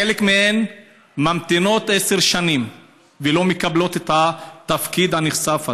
חלק מהן ממתינות עשר שנים ולא מקבלות את התפקיד הנכסף הזה.